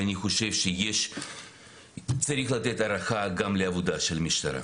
ואני חושב שצריך לתת הערכה גם לעבודה של המשטרה.